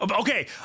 okay